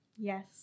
Yes